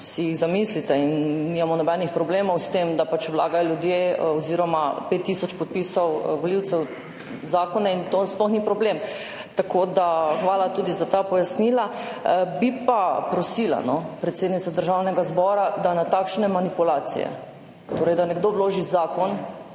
si jih zamislite. In nimamo nobenih problemov s tem, da pač vlagajo zakone ljudje oziroma 5 tisoč podpisov volivcev. In to sploh ni problem. Hvala tudi za ta pojasnila. Bi pa prosila, predsednica Državnega zbora, da na takšne manipulacije, torej da nekdo vloži zakon,